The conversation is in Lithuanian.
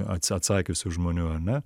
ats atsakiusių žmonių ane